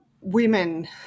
women